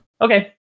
Okay